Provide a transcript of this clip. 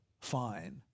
fine